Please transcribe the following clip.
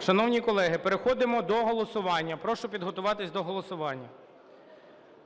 Шановні колеги, переходимо до голосування. Прошу підготуватись до голосування.